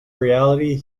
reality